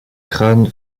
crâne